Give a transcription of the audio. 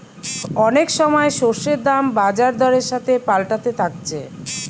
অনেক সময় শস্যের দাম বাজার দরের সাথে পাল্টাতে থাকছে